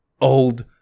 old